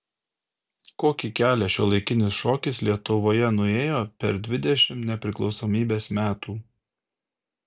kokį kelią šiuolaikinis šokis lietuvoje nuėjo per dvidešimt nepriklausomybės metų